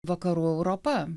vakarų europa